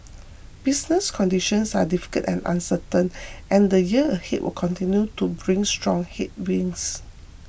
business conditions are difficult and uncertain and the year ahead will continue to bring strong headwinds